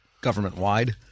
government-wide